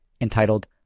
entitled